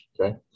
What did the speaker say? Okay